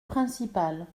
principal